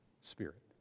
spirit